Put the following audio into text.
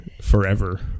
forever